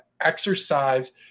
exercise